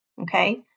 Okay